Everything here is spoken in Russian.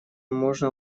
можно